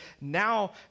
now